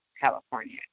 California